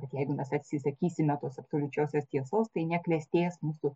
bet jeigu mes atsisakysime tos absoliučios tiesos tai neklestės mūsų